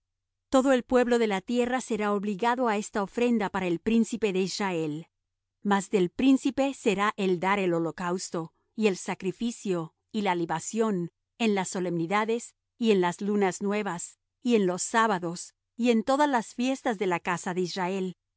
todo el pueblo de la tierra será obligado á esta ofrenda para el príncipe de israel mas del príncipe será el dar el holocausto y el sacrificio y la libación en las solemnidades y en las lunas nuevas y en los sábados y en todas las fiestas de la casa de israel